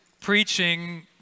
preaching